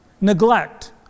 Neglect